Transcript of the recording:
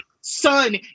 Son